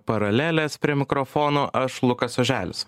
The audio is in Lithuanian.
paralelės prie mikrofono aš lukas oželis